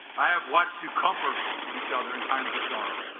i have watch to comfort each other in times of sorrow